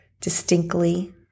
distinctly